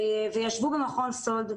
וישבו במכון סאלד,